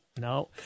No